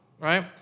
right